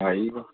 હા એ વાત છે